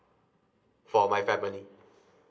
for my family